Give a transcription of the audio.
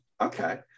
Okay